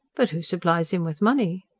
but who supplies him with money?